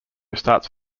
starts